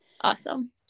Awesome